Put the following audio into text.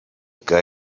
que